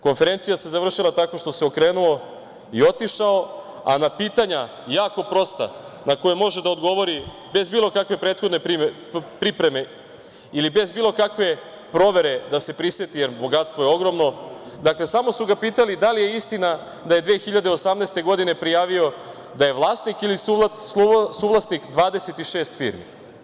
Konferencija se završila tako što se okrenuo i otišao, a na pitanja jako prosta, na koja može da odgovori bez bilo kakve prethodne pripreme ili bez bilo kakve provere da se priseti, jer bogatstvo je ogromno, dakle samo su ga pitali da li je istina da je 2018. godine, prijavio da je vlasnik ili suvlasnik 26 firmi.